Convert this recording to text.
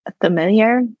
familiar